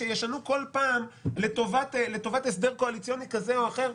שישנו בכל פעם לטובת הסדר קואליציוני כזה או אחר,